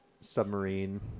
submarine